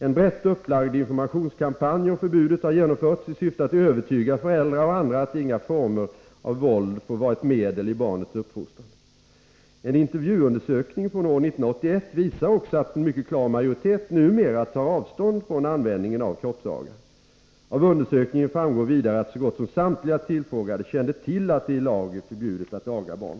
En brett upplagd informationskampanj om förbudet har genomförts i syfte att övertyga föräldrar och andra att inga former av våld får vara ett medel i barnets uppfostran. En intervjuundersökning från år 1981 visar också att en mycket klar majoritet numera tar avstånd från användningen av kroppsaga. Av undersökningen framgår vidare att så gott som samtliga tillfrågade kände till att det är i lag förbjudet att aga barn.